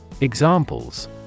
Examples